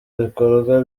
bikorwa